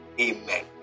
amen